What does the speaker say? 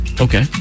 Okay